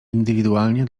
indywidualnie